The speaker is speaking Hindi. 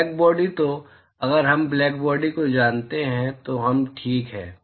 ब्लैक बॉडी तो अगर हम ब्लैक बॉडी को जानते हैं तो हम ठीक हैं